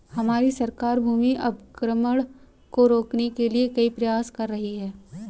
हमारी सरकार भूमि अवक्रमण को रोकने के लिए कई प्रयास कर रही है